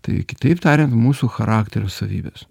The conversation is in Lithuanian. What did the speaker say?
tai kitaip tariant mūsų charakterio savybės